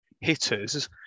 hitters